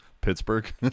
Pittsburgh